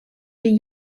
forty